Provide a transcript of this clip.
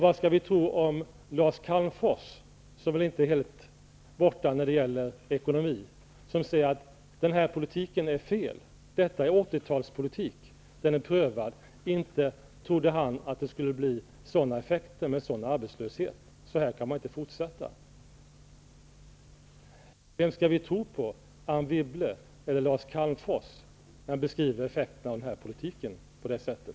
Vad skall vi tro om Lars Calmfors, som väl inte är helt borta när det gäller ekonomi, när han säger att denna politik är fel. Detta är 80-talspolitik, och den är prövad. Inte trodde han att det skulle bli sådana effekter med en sådan arbetslöshet. På detta sätt kan man inte fortsätta. Vem skall vi tro på, Anne Wibble eller Lars Calmfors, när han beskriver effekterna av denna politik på detta sätt?